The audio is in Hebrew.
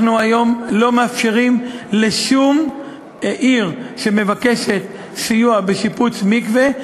אנחנו היום לא מאפשרים לשום עיר שמבקשת סיוע בשיפוץ מקווה,